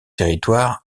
territoire